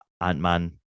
Ant-Man